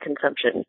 consumption